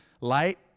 light